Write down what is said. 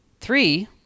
Three